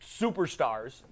superstars